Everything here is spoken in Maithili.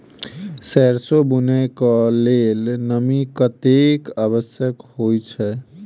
सैरसो बुनय कऽ लेल नमी कतेक आवश्यक होइ छै?